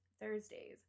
Thursdays